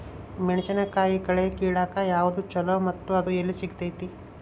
ಮೆಣಸಿನಕಾಯಿ ಕಳೆ ಕಿಳಾಕ್ ಯಾವ್ದು ಛಲೋ ಮತ್ತು ಅದು ಎಲ್ಲಿ ಸಿಗತೇತಿ?